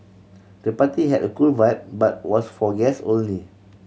the party had a cool vibe but was for guest only